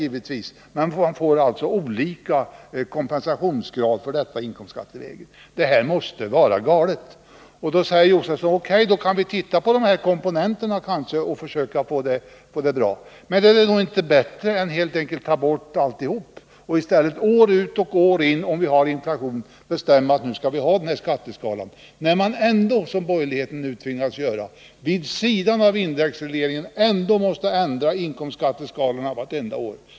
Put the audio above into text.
Det blir alltså olika kompensationsgrad för detta inkomstskattevägen. Detta måste vara galet. Då säger Stig Josefson: ”O.K., då kan vi titta på dessa komponenter och försöka få det bra.” Men är det då inte bättre att ta bort alltihop och i stället varje år, om vi har inflation, bestämma att vi skall ha denna skatteskala? Man måste ju ändå, som borgerligheten nu tvingas göra vid sidan av indexregleringen, ändra inkomstskatteskalorna varje år.